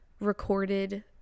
recorded